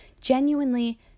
genuinely